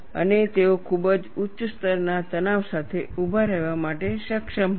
અને તેઓ ખૂબ ઉચ્ચ સ્તરના તણાવ સાથે ઉભા રહેવા માટે સક્ષમ હશે